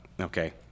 Okay